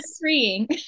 freeing